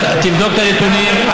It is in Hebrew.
תבדוק את הנתונים.